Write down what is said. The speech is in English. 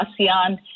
aSEAN